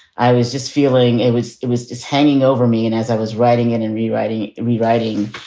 i was just feeling it was it was just hanging over me. and as i was writing it and rewriting, rewriting,